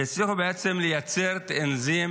והצליחו בעצם לייצר את האנזים